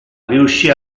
riuscì